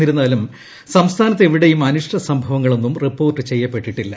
എന്നിരുന്നാലും സംസ്ഥാനത്തെവിടെയും അനിഷ്ട സംഭവങ്ങ ളൊന്നും റിപ്പോർട്ട് ചെയ്യപ്പെട്ടിട്ടില്ല